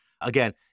again